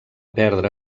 perdre